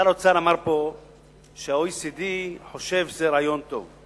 שר האוצר אמר פה שה-OECD חושב שזה רעיון טוב.